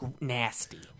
nasty